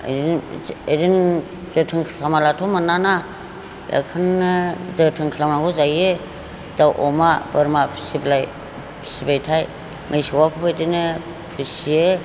ओरैनो जोथोन खालामाब्लाथ' मोना ना बेखौनो जोथोन खालामनांगौ जायो दाउ अमा बोरमा फिसिबाथाय मैसौआबो बेबादिनो फिसियो